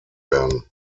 werden